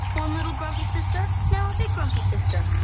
one little grumpy sister now a big grumpy sister.